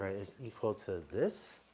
is equal to this,